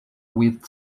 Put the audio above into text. with